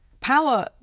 Power